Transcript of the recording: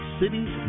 cities